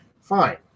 fine